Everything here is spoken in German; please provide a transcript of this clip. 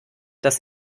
dass